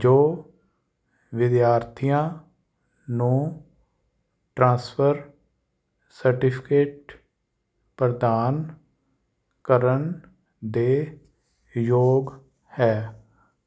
ਜੋ ਵਿਦਿਆਰਥੀਆਂ ਨੂੰ ਟਰਾਂਸਫਰ ਸਰਟੀਫਿਕੇਟ ਪ੍ਰਦਾਨ ਕਰਨ ਦੇ ਯੋਗ ਹੈ